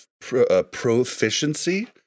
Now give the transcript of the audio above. proficiency